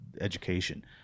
education